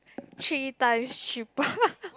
three times cheaper